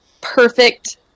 Perfect